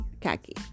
Khaki